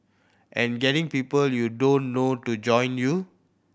and getting people you don't know to join you